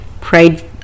prayed